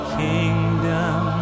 kingdom